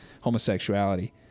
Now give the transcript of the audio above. homosexuality